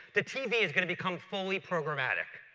the tv is going to become fully programmatic.